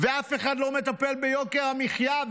ואף אחד לא מטפל ביוקר המחיה.